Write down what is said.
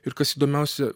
ir kas įdomiausia